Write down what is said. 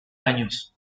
años